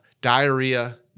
Diarrhea